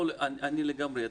אנחנו לגמרי איתך,